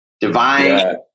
divine